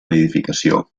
nidificació